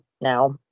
now